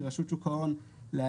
מרשות שוק ההון לאיילת,